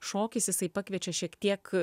šokis jisai pakviečia šiek tiek